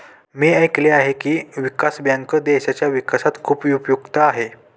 मी ऐकले आहे की, विकास बँक देशाच्या विकासात खूप उपयुक्त आहे